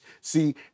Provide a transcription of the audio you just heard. see